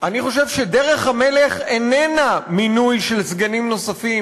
אני חושב שדרך המלך איננה מינוי של סגנים נוספים,